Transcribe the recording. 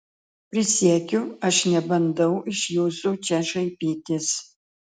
prisiekiu aš nebandau iš jūsų čia šaipytis